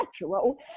natural